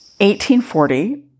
1840